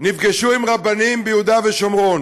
נפגשו עם רבנים ביהודה ושומרון.